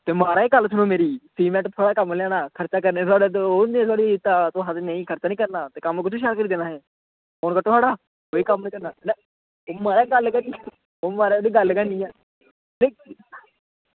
ते म्हाराज गल्ल सुनो मेरी सीमैंट थुआढ़ा कम्म ऐ लेई आना ते खर्चा करने ई ओह् थुआढ़ी तुस केह् आक्खदे खर्चा निं करना ते कम्म कुत्थुं शैल करना असें ते एह् थुआढ़ा एह् कम्म निं करना ओह् म्हाराज ओह्कड़ी गल्ल गै निं ऐ